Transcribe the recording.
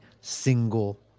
single